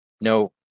No